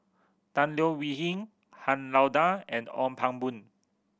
Tan Leo Wee Hin Han Lao Da and Ong Pang Boon